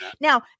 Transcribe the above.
Now